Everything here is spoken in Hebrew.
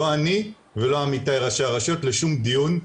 לא אני ולא עמיתי ראשי הרשויות לשום דיון,